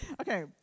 Okay